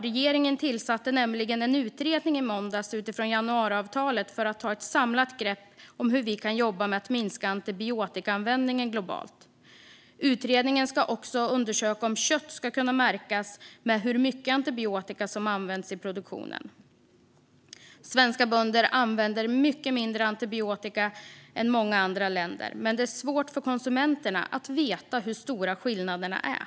Regeringen tillsatte nämligen en utredning i måndags utifrån januariavtalets skrivningar för att ta ett samlat grepp om hur vi kan jobba med att minska antibiotikaanvändningen globalt. Utredningen ska också undersöka om kött ska kunna märkas med hur mycket antibiotika som har använts i produktionen. Svenska bönder använder mindre antibiotika än i många andra länder, men det är svårt för konsumenterna att veta hur stora skillnaderna är.